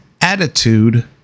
attitude